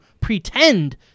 pretend